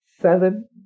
seven